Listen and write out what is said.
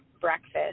breakfast